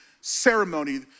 ceremony